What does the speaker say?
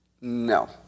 No